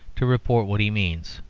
to report what he means.